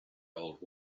old